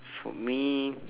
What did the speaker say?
for me